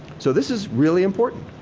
so, this is really important.